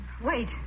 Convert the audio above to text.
Wait